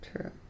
True